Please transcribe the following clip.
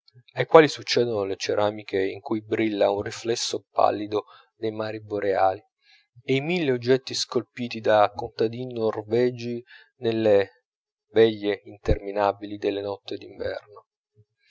ai quali succedono le ceramiche in cui brilla un riflesso pallido dei mari boreali e i mille oggetti scolpiti dai contadini norvegi nelle veglie interminabili delle notti d'inverno